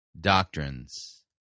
doctrines